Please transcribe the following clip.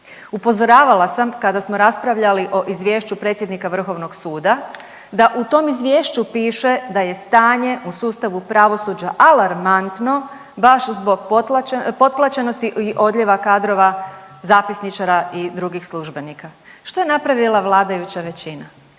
Upozoravala sam kada smo raspravljali o izvješću predsjednika Vrhovnog suda da u tom izvješću piše da je stanje u sustavu pravosuđa alarmantno, baš zbog .../nerazumljivo/... potplaćenosti i odljeva kadrova zapisničara i drugih službenika. Što je napravila vladajuća većina?